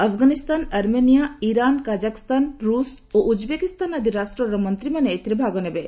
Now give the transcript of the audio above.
Afghanistan Armenia Iran Kazakhstan ରୂଷ ଏବଂ Uzbekistan ଆଦି ରାଷ୍ଟର ମନ୍ତ୍ରୀମାନେ ଏଥିରେ ଭାଗ ନେବେ